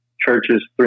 churches